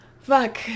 Fuck